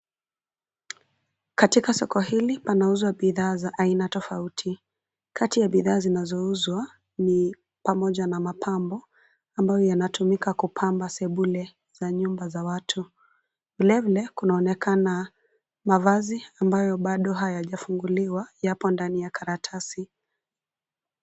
Katika soko hili panauzwa bidhaa za aina tofauti. Kati ya bidhaa zinazouzwa ni pamoja na mapambo ambayo yanatumika kupamba sebule za nyumba za watu. Vilevile kunaonekana mavazi ambayo bado hayajafunguliwa yapo ndani ya karatasi.